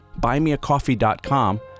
buymeacoffee.com